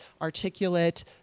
articulate